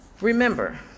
Remember